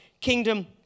kingdom